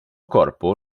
corpo